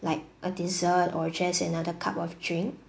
like a dessert or just another cup of drink